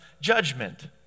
judgment